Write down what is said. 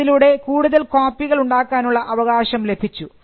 അതിലൂടെ കൂടുതൽ കോപ്പികൾ ഉണ്ടാക്കാനുള്ള അവകാശം ലഭിച്ചു